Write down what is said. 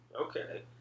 Okay